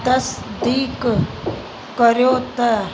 तसदीक करियो त